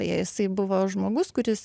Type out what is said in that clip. beje jisai buvo žmogus kuris